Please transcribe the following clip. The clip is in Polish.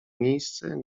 miejsce